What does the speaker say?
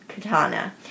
katana